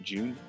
June